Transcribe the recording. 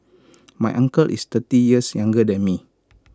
my uncle is thirty years younger than me